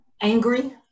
angry